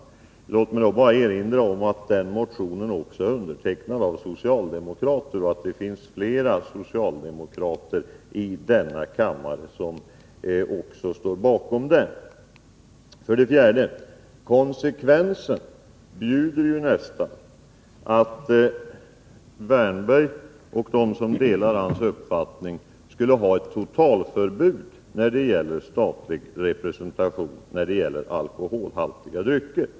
Låt mig bara erinra om att den motionen också är undertecknad av socialdemokrater och att det finns flera socialdemokrater i denna kammare som står bakom den. För det fjärde: Konsekvensen bjuder nästan att herr Wärnberg och de som delar hans uppfattning skulle begära att totalförbud när det gäller statlig representation med alkoholhaltiga drycker.